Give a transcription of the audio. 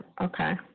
Okay